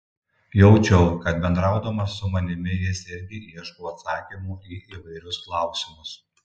jaučiau kad bendraudamas su manimi jis irgi ieško atsakymo į įvairius klausimus